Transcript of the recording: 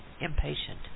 impatient